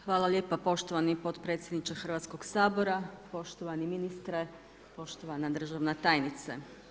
Hvala lijepa poštovani potpredsjedniče Hrvatskog sabora, poštovani ministre, poštovana državna tajnice.